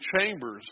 chambers